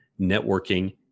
networking